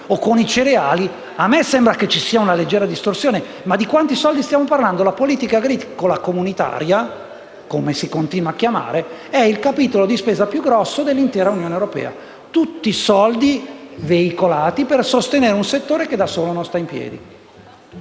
dei cereali? A me sembra che ci sia una leggera distorsione. Ma di quanti soldi stiamo parlando? La politica agricola comunitaria, come si continua a chiamare, è il capitolo di spesa più ricco dell'intera Unione europea: tutti i soldi veicolati per sostenere un settore che da solo non sta in piedi.